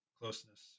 closeness